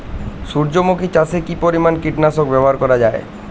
সূর্যমুখি চাষে কি পরিমান কীটনাশক ব্যবহার করা যায়?